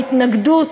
או התנגדות,